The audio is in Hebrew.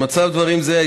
במצב דברים זה,